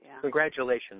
Congratulations